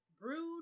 Brood